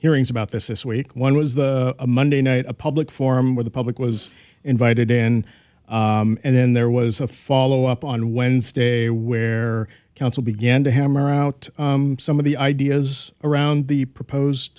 hearings about this this week one was a monday night a public forum where the public was invited in and then there was a follow up on wednesday where council began to hammer out some of the ideas around the proposed